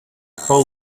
call